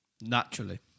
naturally